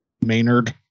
Maynard